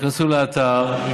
ייכנסו לאתר,